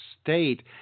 state